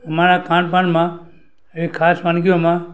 મારા ખાનપાનમાં એ ખાસ વાનગીઓમાં